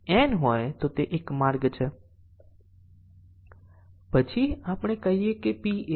અને તેથી ટેસ્ટીંગ ના કેસોની સંખ્યા ઘણી ઓછી છે